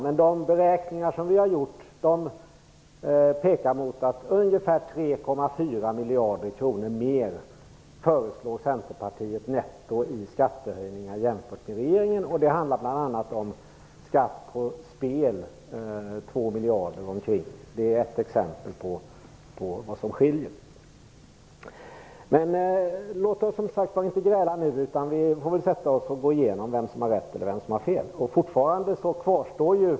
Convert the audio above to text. Men de beräkningar som vi har gjort pekar mot att Centerpartiet föreslår 3,4 miljarder kronor mer i skattehöjningar netto än regeringens gör. Det handlar bl.a. om ca 2 miljarder i skatt på spel. Det är ett exempel på vad som skiljer. Men låt oss inte gräla nu, utan låt oss sätta oss och gå igenom vem som har rätt och vem som har fel.